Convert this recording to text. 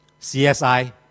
CSI